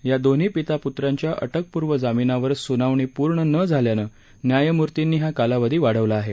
या दोन्ही पिता पुत्रांच्या अटकपूर्व जामीनावर स्नावणी पूर्ण न झाल्यानं न्यायमूर्तींनी हा कालावधी वाढवला आहे